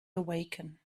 awaken